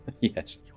Yes